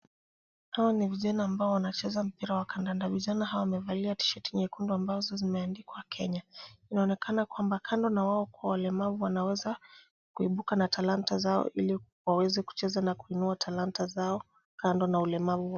Hawa ni vijana ambao wanacheza mpira wa kandanda, vijana hawa wamevalia tshati nyekundu ambazo zimeandikwa Kenya, inaonekana kwamba kando na wao kuwa walemavu wanaweza kuibuka na talanta zao ili waweze kucheza na kuinua talanta zao kando na ulemavu.